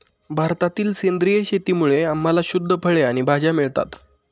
भारतातील सेंद्रिय शेतीमुळे आम्हाला शुद्ध फळे आणि भाज्या मिळतात